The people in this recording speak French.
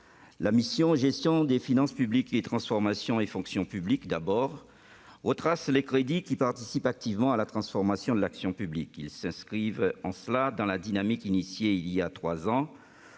les missions « Gestion des finances publiques » et « Transformation et fonction publiques » regroupent les crédits qui participent activement à la transformation de l'action publique, s'inscrivant en cela dans la dynamique engagée voilà trois ans.